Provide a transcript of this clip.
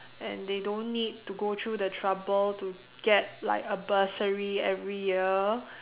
and they don't need to go through the trouble to get like a bursary every year